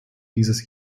dieses